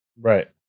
Right